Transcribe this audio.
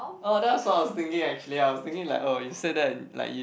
oh that was what I was thinking actually I was thinking like oh you say that like you